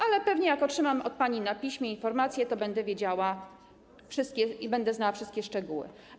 Ale pewnie jak otrzymam od pani na piśmie informację, to będę to wiedziała i będę znała wszystkie szczegóły.